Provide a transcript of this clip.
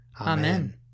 Amen